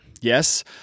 Yes